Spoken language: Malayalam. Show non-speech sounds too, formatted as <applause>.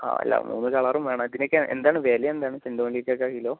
ആ അല്ല എല്ലാ കളറും വേണം ഇതിനൊക്കെ എന്താണ് വില എന്താണ് <unintelligible> കിലോ